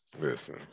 Listen